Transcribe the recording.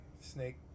snake